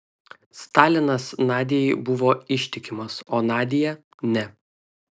stalinas nadiai buvo ištikimas o nadia ne